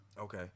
Okay